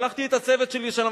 שלחתי את הצוות שלי לשם,